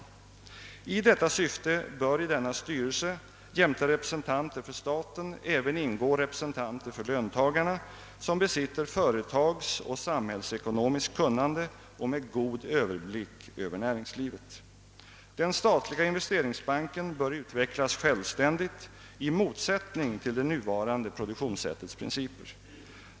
I detta syfte bör i denna styrelse jämte representanter för staten även ingå representanter för löntagarna, som besitter företagsoch samhällsekonomiskt kunnande och med god överblick över näringslivet. Den statliga investeringsbanken bör utvecklas självständigt, i motsättning till det nuvarande produktionssättets principer.